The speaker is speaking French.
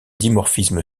dimorphisme